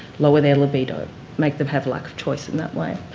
lower their libido. make them have lack of choice in that way.